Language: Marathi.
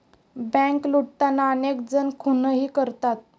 बँक लुटताना अनेक जण खूनही करतात